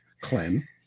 Clem